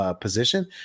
Position